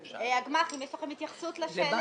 הגמ"חים, יש לכם התייחסות לזה,